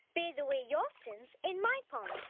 bathe away your sins in my pond.